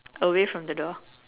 away from the door